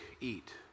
eat